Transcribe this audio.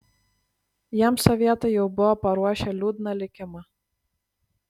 jiems sovietai jau buvo paruošę liūdną likimą